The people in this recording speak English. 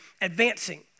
advancing